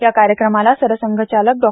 या कार्यक्रमाला सरसंघचालक डॉ